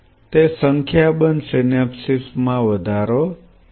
કે તે સંખ્યાબંધ સિનેપ્સ માં વધારો કરશે